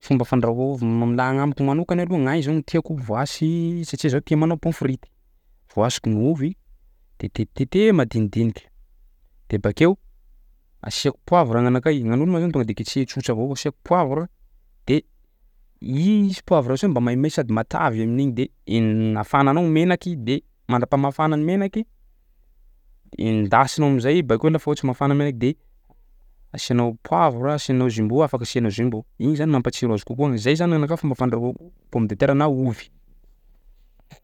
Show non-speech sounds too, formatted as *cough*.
Fomba fandrahoa *hesitation* laha agnamiko manokany aloha gn'ahy zao no tiako voasy satsia zaho tia manao pomme frity. Voasiko ny ovy de tetiteteha madinidiniky de bakeo asiako poavra gn'anakay, gny an'olo moa zany tonga de ketreha tsotra avao, asiako poavra de i- isy poavra soa mba maimay sady matavy amin'igny de en- afananao menaky de mandrapahamafana menaky, endasinao am'zay i bakeo lafa ohatsy mafana menaky de asianao poavra, asianao jumbo afaka asianao jumbo, igny zany mampatsiro azy kokoa. Zay zany ny anakah fomba fandrahoiko pomme de terrea na ovy.